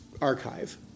Archive